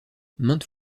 maintes